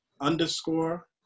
underscore